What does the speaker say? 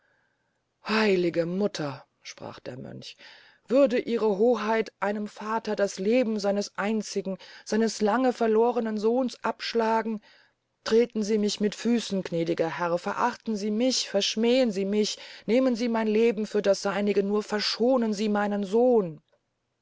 heilige mutter sagte der mönch würden ihre hoheit einem vater das leben seines einzigen seines lange verlohrnen sohnes abschlagen treten sie mich mit füssen gnädiger herr verachten sie mich verschmähen sie mich nehmen sie mein leben für das seinige nur verschonen sie meinen sohn